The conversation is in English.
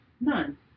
none